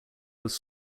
was